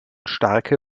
starke